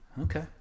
Okay